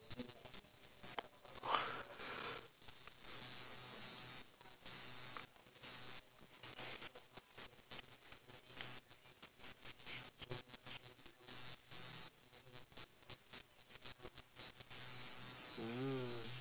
mm